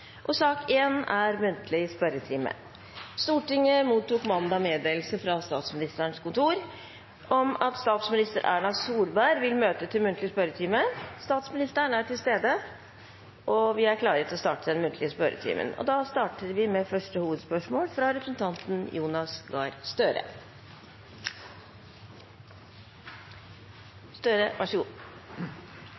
Stortinget mottok mandag meddelelse fra Statsministerens kontor om at statsminister Erna Solberg vil møte til muntlig spørretime. Statsministeren er til stede, og vi er klare til å starte den muntlige spørretimen. Vi starter med første hovedspørsmål, fra representanten Jonas Gahr Støre.